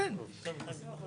אנחנו בסעיף 34 בתוך